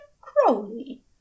Crowley